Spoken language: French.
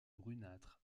brunâtre